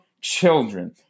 children